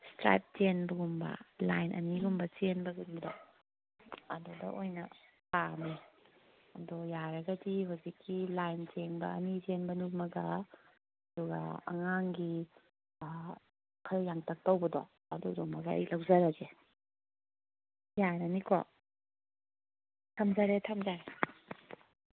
stripe ꯆꯦꯟꯕꯒꯨꯝꯕ line ꯑꯅꯤꯒꯨꯝꯕ ꯆꯦꯟꯕꯒꯨꯝꯕꯗꯣ ꯑꯗꯨꯗ ꯑꯣꯏꯅ ꯄꯥꯝꯃꯦ ꯑꯗꯣ ꯌꯥꯔꯒꯗꯤ ꯍꯧꯖꯤꯛꯀꯤ ꯂꯥꯏꯟ ꯆꯦꯟꯕ ꯑꯅꯤ ꯆꯦꯟꯕꯗꯨꯃꯒ ꯑꯗꯨꯒ ꯑꯉꯥꯡꯒꯤ ꯈꯔ ꯌꯥꯡꯇꯛ ꯇꯧꯕꯗꯣ ꯑꯗꯨꯃꯒ ꯑꯩ ꯂꯧꯖꯔꯒꯦ ꯌꯥꯔꯅꯤꯀꯣ ꯊꯝꯖꯔꯦ ꯊꯝꯖꯔꯦ